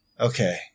Okay